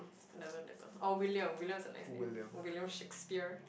it doesn't doesn't oh William is a nice name William-Shakespeare